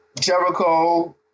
Jericho